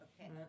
okay